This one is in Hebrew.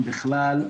אם בכלל,